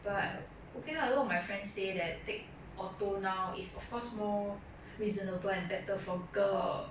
but okay lah a lot of my friends say that take auto now is of course more reasonable and better for girls